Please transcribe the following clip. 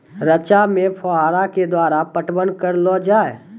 रचा मे फोहारा के द्वारा पटवन करऽ लो जाय?